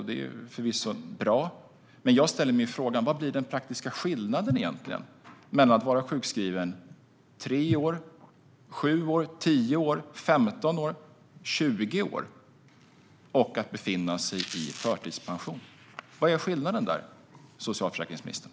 Det är förvisso bra, men jag ställer mig frågan: Vad blir egentligen den praktiska skillnaden mellan att vara sjukskriven tre, sju, tio, femton eller tjugo år och att befinna sig i förtidspension? Vad är skillnaden, socialförsäkringsministern?